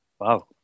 Wow